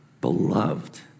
beloved